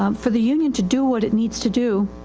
um for the union to do what it needs to do,